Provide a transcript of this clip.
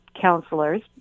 counselors